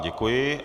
Děkuji.